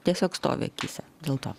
tiesiog stovi akyse dėl to